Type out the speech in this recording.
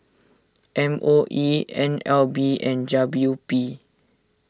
M O E N L B and W P